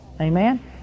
amen